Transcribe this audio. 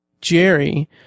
Jerry